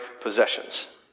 possessions